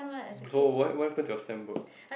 so what what happen to your stamp book